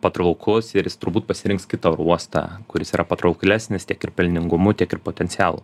patrauklus ir jis turbūt pasirinks kitą uostą kuris yra patrauklesnis tiek ir pelningumu tiek ir potencialu